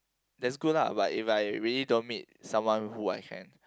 that's good lah but if I really don't meet someone who I can